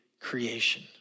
creation